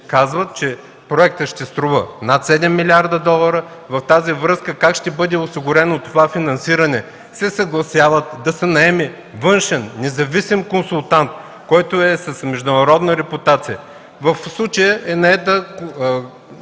казват, че проектът ще струва над 7 милирада долара. В тази връзка – как ще бъде осигурено това финансиране, се съгласяват да се наеме външен, независим консултант, който е с международна репутация. В случая е наета